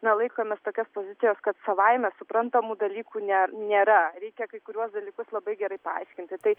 laikomės tokios pozicijos kad savaime suprantamu dalyku ne nėra reikia kai kuriuos dalykus labai gerai paaiškinti tai